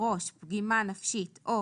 ראש או פגימה נפשית או